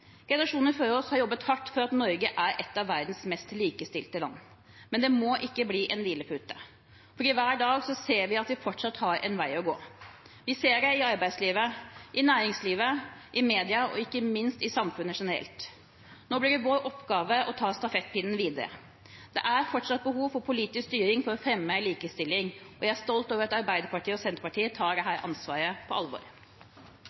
Generasjoner før oss har jobbet hardt for at Norge er et av verdens mest likestilte land, men det må ikke bli en hvilepute, for hver dag ser vi at vi fortsatt har en vei å gå. Vi ser det i arbeidslivet, i næringslivet, i media og ikke minst i samfunnet generelt. Nå blir vår oppgave å ta stafettpinnen videre. Det er fortsatt behov for politisk styring for å fremme likestilling, og jeg er stolt over at Arbeiderpartiet og Senterpartiet tar